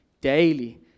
daily